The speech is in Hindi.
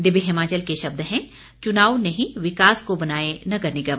दिव्य हिमाचल के शब्द हैं चुनाव नहीं विकास को बनाए नगर निगम